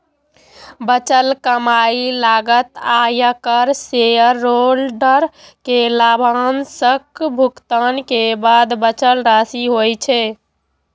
बचल कमाइ लागत, आयकर, शेयरहोल्डर कें लाभांशक भुगतान के बाद बचल राशि होइ छै